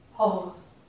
Pause